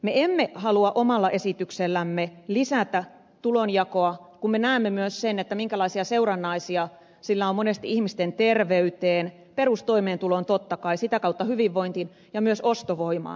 me emme halua omalla esityksellämme lisätä tulonjakoa kun me näemme myös sen minkälaisia seurannaisia sillä on monesti ihmisten terveyteen perustoimeentuloon totta kai sitä kautta hyvinvointiin ja myös ostovoimaan